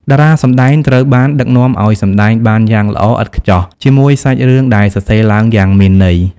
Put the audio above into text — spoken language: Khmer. តារាសម្តែងត្រូវបានដឹកនាំឱ្យសម្ដែងបានយ៉ាងល្អឥតខ្ចោះជាមួយសាច់រឿងដែលសរសេរឡើងយ៉ាងមានន័យ។